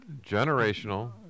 Generational